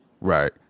Right